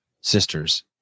sisters